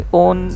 own